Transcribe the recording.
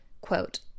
Quote